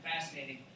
fascinating